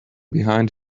behind